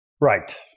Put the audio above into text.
Right